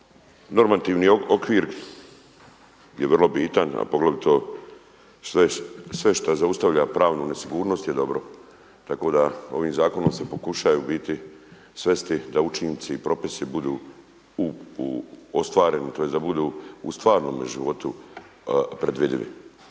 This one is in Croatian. Normativni okvir je vrlo bitan, a poglavito sve što zaustavlja pravnu nesigurnost je dobro, tako da ovim zakonom se pokušaju u biti svesti da učinci i propisi budu ostvareni, tj. da budu u stvarnome životu predvidivi.